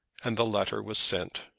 and the letter was sent.